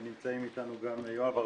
נמצאים איתנו גם יואב ארבל,